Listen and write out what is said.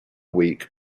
week